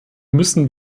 müssen